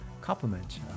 complement